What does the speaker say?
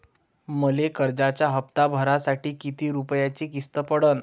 मले कर्जाचा हप्ता भरासाठी किती रूपयाची किस्त पडन?